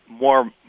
more